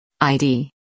ID